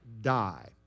die